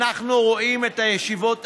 אנחנו רואים את הישיבות עצמן,